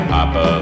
Papa